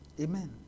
Amen